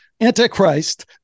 Antichrist